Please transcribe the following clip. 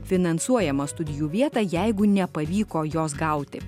finansuojamą studijų vietą jeigu nepavyko jos gauti